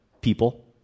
people